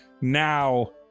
Now